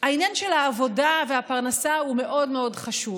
העניין של העבודה והפרנסה הוא מאוד מאוד חשוב,